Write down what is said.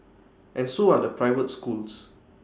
and so are the private schools